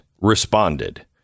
responded